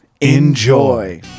Enjoy